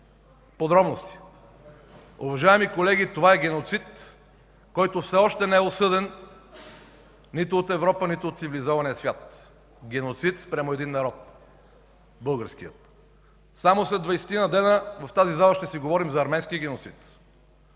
подробности. Уважаеми колеги, това е геноцид, който все още не е осъден нито от Европа, нито от цивилизования свят. Геноцид спрямо един народ – българския. Само след двадесетина дни в тази зала ще си говорим за арменския геноцид,